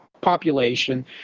population